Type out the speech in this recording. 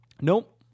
Nope